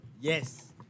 Yes